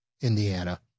Indiana